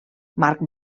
marc